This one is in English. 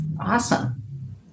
Awesome